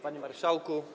Panie Marszałku!